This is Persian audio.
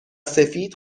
سفید